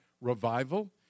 revival